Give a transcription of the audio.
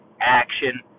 action